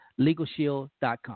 LegalShield.com